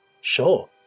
Sure